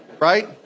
right